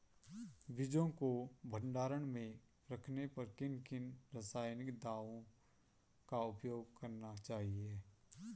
बीजों को भंडारण में रखने पर किन किन रासायनिक दावों का उपयोग करना चाहिए?